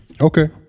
Okay